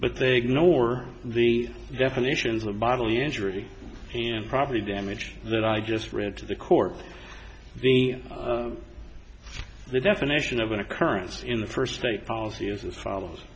but they ignore the definitions of bodily injury and property damage that i just read to the court the definition of an occurrence in the first state policy is as follows